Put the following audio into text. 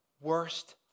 worst